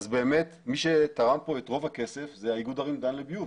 אז באמת מי שתרם פה את רוב הכסף זה האיגוד ערים דן לביוב.